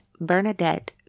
Bernadette